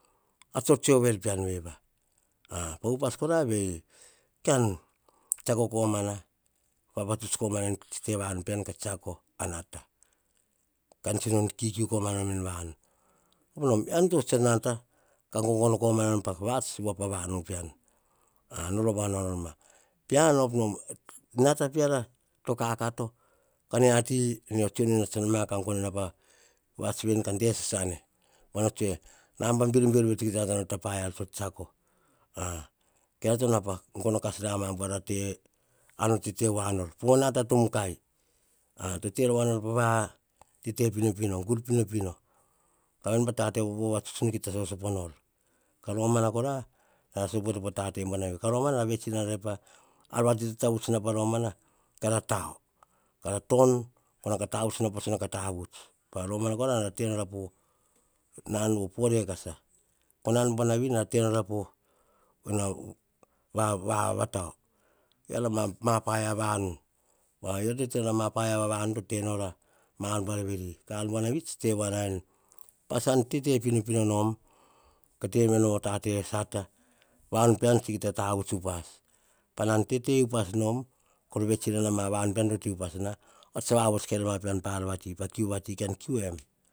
. Ar tsoe ove er pean veni va, pa upas kora vei. Kan tsiako komana va vatuts komana tsi te vanu pean ka tsiako a nata. Ka tsi kikiu komana nom en vanu. Op nom, eyian to tse nata, ka go gono ko ma na enom pa vats pa vanu pean. Nor vavao nor ma, pean tsa op nom a nata peara to kakato. Ka nia ti, neo tsionena tsa noma ka gono a vats veni, ka de sasane pa no tsue, nambana voro biro biro veri kita nata nor ta paia ar tsor tsiako. Ke yiara to nao pa gono kas ma rior pa te ar nor tete wa nor, po nata to mukai. Tete rova nor te pinopino, gur pinopino. Ka veni po tate po vatsuts nor kita so sopo nor. Ka pa romana kora, nara sopuer pa tate buanavi, ka romana nara vets inana erer ar vati to tata vuts na pa romana, kara tau, kara ton ko nao ka tavuts nau pa tso tavuts, pa romana kora nara te nora po nan vo po rekasa, po nan buanavi. Nara te nora po va vatau e yiara paia vanu. E yiara to te nor ma paia vanu to e tenor mar buar veri. Ka ar buanvi to te wa na veni, pats tsa te pinopino nom, tete me nom tate sata, vanu pian tsan kita tavuts upas. Pana tete upas nom, kor vets ina vanu pean to te na. Oria tsa vavots kair ma pean pa kui vati ka kiu em